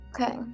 Okay